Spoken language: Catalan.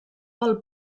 pel